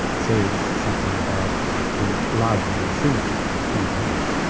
says something about the large amount of symmetry that the cube has.